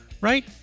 right